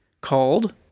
called